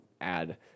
add